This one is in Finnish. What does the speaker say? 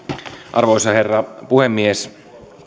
arvoisa herra puhemies